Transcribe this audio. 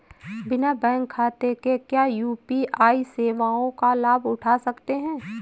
बिना बैंक खाते के क्या यू.पी.आई सेवाओं का लाभ उठा सकते हैं?